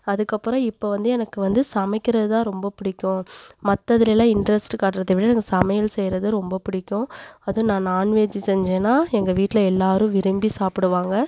அதுக்கு அப்பறம் இப்போ வந்து எனக்கு வந்து சமைக்கிறதுதான் ரொம்ப பிடிக்கும் மற்றதுல எல்லாம் இன்ட்ரெஸ்ட் காட்டுறதை விட எனக்கு சமையல் செய்யுறது ரொம்ப பிடிக்கும் அதுவும் நான் நாண்வெஜ் செஞ்சேனா எங்க வீட்டில் எல்லாரும் விரும்பி சாப்பிடுவாங்க